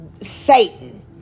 Satan